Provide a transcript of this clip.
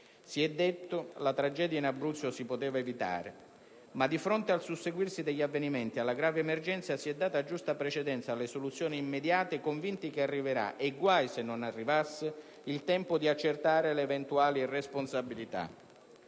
Si è detto: la tragedia in Abruzzo si poteva evitare. Ma di fronte al susseguirsi degli avvenimenti, alla grave emergenza, si è data giusta precedenza alle soluzioni immediate, convinti che arriverà, e guai se non arrivasse, il tempo di accertare le eventuali responsabilità.